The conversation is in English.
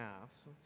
Mass